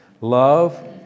Love